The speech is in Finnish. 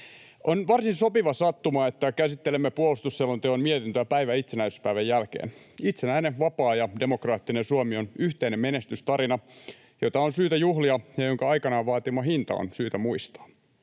On varsin sopiva sattuma, että käsittelemme puolustusselonteon mietintöä päivä itsenäisyyspäivän jälkeen. Itsenäinen, vapaa ja demokraattinen Suomi on yhteinen menestystarina, jota on syytä juhlia ja jonka aikanaan vaatima hinta on syytä muistaa.